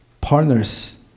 partners